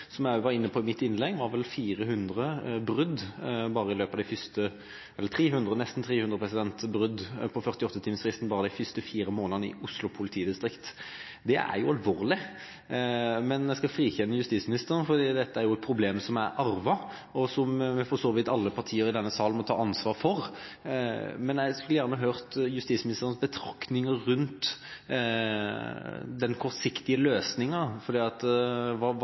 som jeg var inne på i mitt innlegg, foreligger det nesten 300 brudd på 48-timersfristen bare de første fire månedene i Oslo politidistrikt. Det er alvorlig. Men jeg skal frikjenne justisministeren, for dette er jo et problem som er arvet, og som for så vidt alle partier i denne sal må ta ansvar for. Men jeg skulle gjerne hørt justisministerens betraktninger rundt den kortsiktige løsningen – hva skal gjøres, hva settes i verk av tiltak for å unngå at